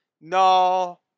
no